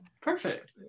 Perfect